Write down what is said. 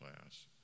class